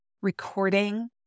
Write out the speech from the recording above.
recording